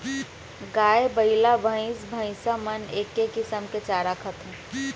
गाय, बइला, भईंस भईंसा मन एके किसम के चारा खाथें